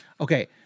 okay